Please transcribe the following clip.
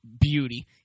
beauty